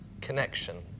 connection